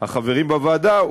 החברים בוועדה,